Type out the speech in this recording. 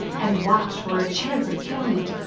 and watched for a chance of killing it.